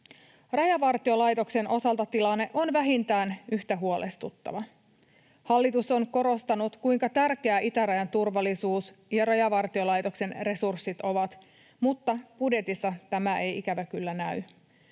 Rajavartiolaitoksen osalta tilanne on vähintään yhtä huolestuttava. Hallitus on korostanut, kuinka tärkeitä itärajan turvallisuus ja Rajavartiolaitoksen resurssit ovat, mutta budjetissa tämä ei ikävä kyllä näy.